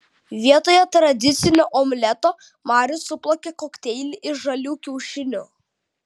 vietoje tradicinio omleto marius suplakė kokteilį iš žalių kiaušinių